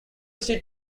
seat